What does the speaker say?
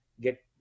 get